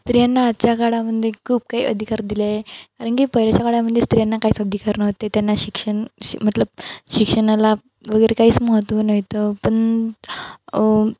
स्त्रियांना आजच्या काळामध्ये खूप काही अधिकार दिले कारण की पहिल्याच्या काळामध्ये स्त्रियांना काहीच अधिकार नव्हते त्यांना शिक्षण शि मतलब शिक्षणाला वगैरे काहीच महत्त्व नव्हतं पण